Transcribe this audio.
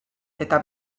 eta